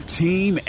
team